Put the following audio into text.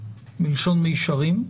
מלשון מישרין,